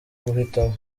guhitamo